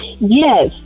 Yes